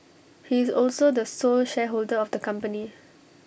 he is also the sole shareholder of the company